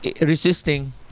resisting